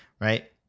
right